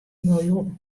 miljoen